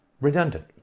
redundant